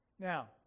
Now